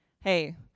hey